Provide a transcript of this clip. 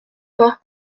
pas